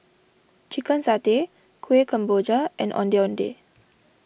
Chicken Satay Kueh Kemboja and Ondeh Ondeh